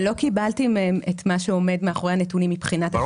אבל לא קיבלתי מהם את מה שעומד מאחורי הנתונים מבחינת הקריטריונים.